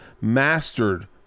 mastered